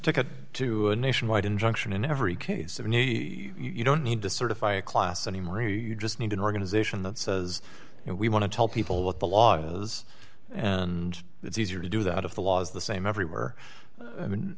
ticket to a nationwide injunction in every case of a new you don't need to certify a class anymore you just need an organization that says we want to tell people what the law is and it's easier to do that if the law is the same everywhere